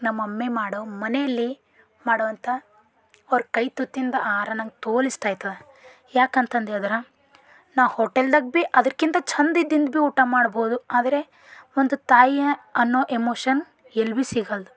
ನಮ್ಮ ಮಮ್ಮಿ ಮಾಡೋ ಮನೆಯಲ್ಲಿ ಮಾಡುವಂಥ ಅವ್ರ ಕೈ ತುತ್ತಿಂದ ಆಹಾರ ನಂಗೆ ತೋಲು ಇಷ್ಟ ಆಯ್ತದೆ ಯಾಕಂತಂದು ಹೇಳ್ದ್ರೆ ನಾ ಹೋಟೆಲ್ದಾಗ ಭಿ ಅದಕ್ಕಿಂತ ಚಂದ ಇದ್ದಿಂದು ಭಿ ಊಟ ಮಾಡ್ಭೋದು ಆದರೆ ಒಂದು ತಾಯಿ ಅನ್ನೋ ಎಮೋಷನ್ ಎಲ್ಲಿ ಭಿ ಸಿಗಲ್ದು